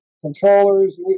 controllers